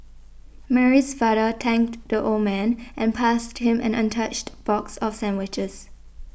Mary's father thanked the old man and passed him an untouched box of sandwiches